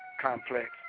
complex